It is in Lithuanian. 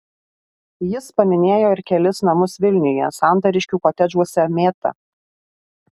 jis paminėjo ir kelis namus vilniuje santariškių kotedžuose mėta